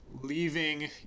leaving